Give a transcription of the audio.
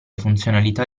funzionalità